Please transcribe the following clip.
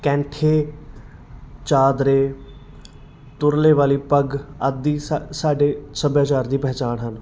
ਕੈਂਠੇ ਚਾਦਰੇ ਤੁਰਲੇ ਵਾਲੀ ਪੱਗ ਆਦਿ ਸਾ ਸਾਡੇ ਸੱਭਿਆਚਾਰ ਦੀ ਪਹਿਚਾਣ ਹਨ